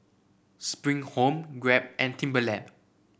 Spring Home Grab and Timberland